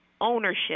ownership